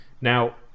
Now